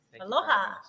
Aloha